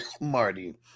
Marty